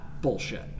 bullshit